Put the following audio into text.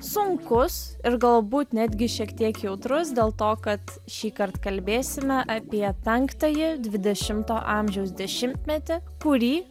sunkus ir galbūt netgi šiek tiek jautrus dėl to kad šįkart kalbėsime apie penktąjį dvidešimto amžiaus dešimtmetį kurį